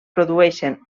produeixen